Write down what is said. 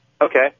Okay